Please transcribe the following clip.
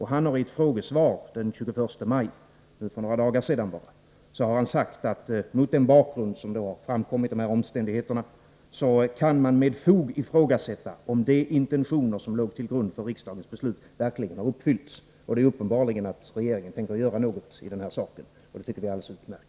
Han har i ett frågesvar den 21 maj — alltså för bara några dagar sedan — sagt att man mot bakgrund av de omständigheter som framkommit med fog kan ifrågasätta om de intentioner som låg till grund för riksdagens beslut verkligen har uppfyllts. Det är uppenbart att regeringen tänker göra någonting i denna sak, och det tycker vi är alldeles utmärkt.